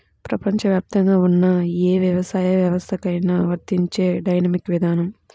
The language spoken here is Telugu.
ప్రపంచవ్యాప్తంగా ఉన్న ఏ వ్యవసాయ వ్యవస్థకైనా వర్తించే డైనమిక్ విధానం